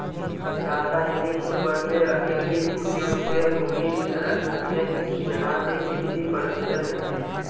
रासायनिक उर्वरकेर अत्यधिक उपयोग से भूमिर क्षरण ह छे जहासे कृषि प्रदूषण ह छे